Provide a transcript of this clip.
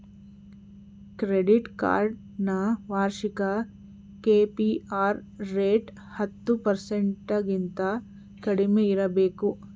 credit card ನ ವಾರ್ಷಿಕ KPR rate ಹತ್ತು ಪರ್ಸೆಂಟಗಿಂತ ಕಡಿಮೆ ಇರಬೇಕು